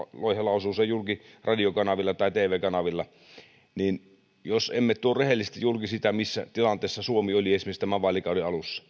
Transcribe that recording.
loihe lausuu sen julki radiokanavilla tai tv kanavilla jos emme tuo rehellisesti julki sitä missä tilanteessa suomi oli esimerkiksi tämän vaalikauden alussa